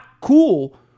cool